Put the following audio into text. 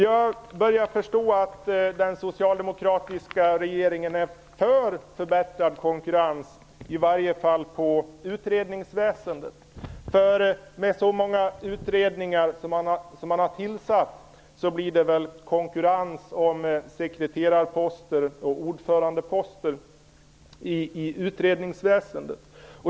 Jag börjar förstå att den socialdemokratiska regeringen åtminstone är för förbättrad konkurrens när det gäller utredningsväsendet. Med tanke på hur många utredningar som har tillsatts, blir det väl konkurrens om sekreterar och ordförandeposter i utredningsväsendet.